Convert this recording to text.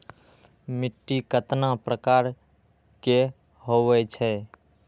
मिट्टी कतना प्रकार के होवैछे?